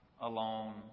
alone